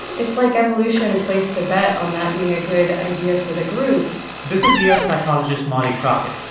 it's like evolution placed a bet on that being a good idea for the group this is yale psychologist molly crockett.